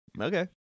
Okay